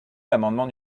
l’amendement